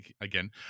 again